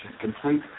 Complete